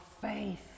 faith